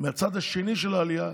מהצד השני של העלייה,